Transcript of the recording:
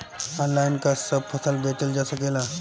Online का सब फसल बेचल जा सकेला?